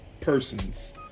persons